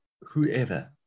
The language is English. whoever